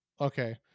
okay